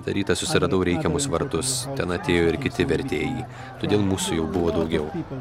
kitą rytą susiradau reikiamus vartus ten atėjo ir kiti vertėjai todėl mūsų jau buvo daugiau